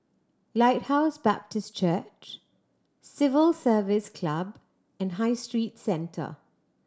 Lighthouse Baptist Church Civil Service Club and High Street Centre